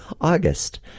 August